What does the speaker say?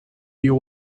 you